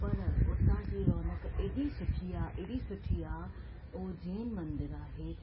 पर उतां जी रोनक हेॾी सुठी आहे हेॾी सुठी आहे हू जैन मंदरु आहे